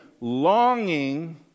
longing